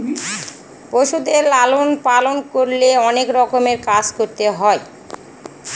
পশুদের লালন পালন করলে অনেক রকমের কাজ করতে হয়